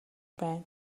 байна